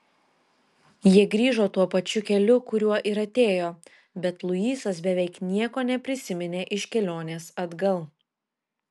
jie grįžo tuo pačiu keliu kuriuo ir atėjo bet luisas beveik nieko neprisiminė iš kelionės atgal